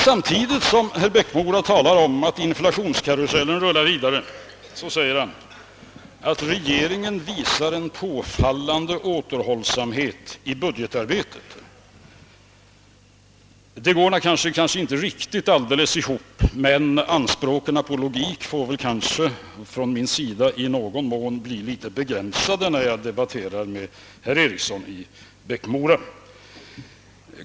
Samtidigt som herr Eriksson i Bäckmora talade om att inflationskarusellen rullar vidare sade han emellertid att regeringen visar en påfallande återhållsamhet i budgetarbetet. Detta går inte riktigt ihop. Men mina anspråk på logik får kanske i någon mån bli begränsade när jag resonerar med herr Eriksson i Bäckmora.